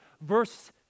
Verse